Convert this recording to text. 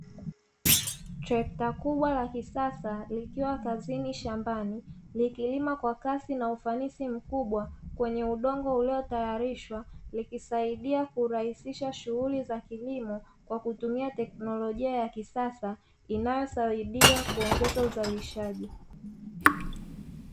Trekta kubwa la kisasa likiwa kazini shambani, likilima kwa kasi na ufanisi mkubwa kwenye udongo uliotayarishwa, likisaidia kurahisisha shughuli za kilimo kwa kutumia teknolojia ya kisasa inayosaidia kuongeza uzalishaji.